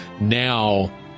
now